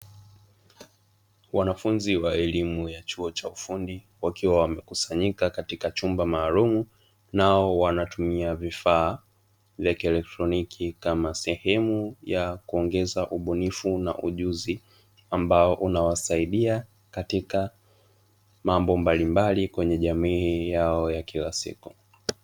Wanafunzi wa elimu ya chuo cha ufundi wakiwa wamekusanyika katika chumba maalumu nao wanatumia vifaa vya kielektroniki kama sehemu ya kuongeza ubunifu na ujuzi ambao unawasaidia katika mambo mbalimbali kwenye jamii yao ya kila siku.